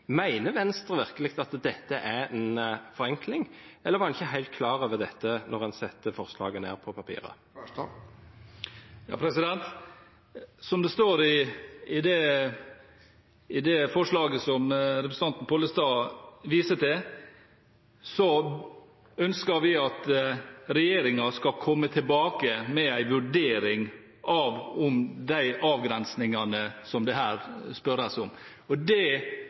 Venstre virkelig at dette er en forenkling, eller var en ikke helt klar over dette da en satte forslaget ned på papiret? Som det står i det forslaget til vedtak som representanten Pollestad viser til, ønsker vi at regjeringen skal komme tilbake med en vurdering av de avgrensningene som det her spørres om. Det